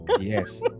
Yes